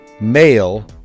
male